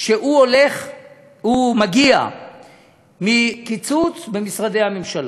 שמגיע מקיצוץ במשרדי הממשלה,